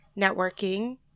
networking